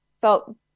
felt